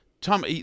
Tom